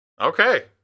Okay